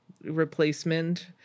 replacement